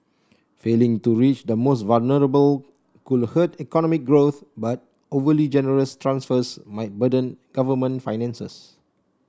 failing to reach the most vulnerable could hurt economic growth but overly generous transfers might burden government finances